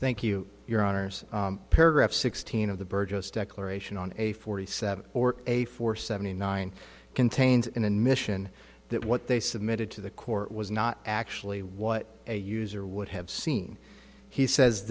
thank you your honors paragraph sixteen of the burgess declaration on a forty seven or a four seventy nine contains in an mission that what they submitted to the court was not actually what a user would have seen he says